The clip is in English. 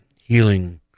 healing